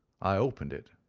i opened it,